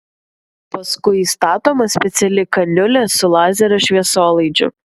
paskui įstatoma speciali kaniulė su lazerio šviesolaidžiu